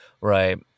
Right